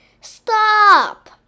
Stop